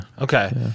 Okay